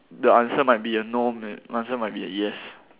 the answer might be a no may the answer might be a yes